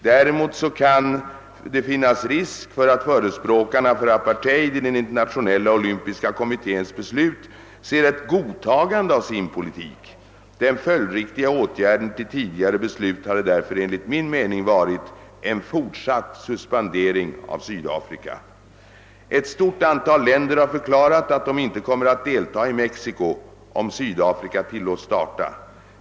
Däremot kan det finnas risk för att förespråkarna för apartheid i den internationella olympiska kommitténs beslut ser ett godtagande av sin politik. Den följdriktiga åtgärden till tidigare beslut hade därför enligt min mening varit en fortsatt suspendering av Sydafrika. Ett stort antal länder har förklarat att de inte kommer att deltaga i Mexiko om Sydafrika tillåts starta.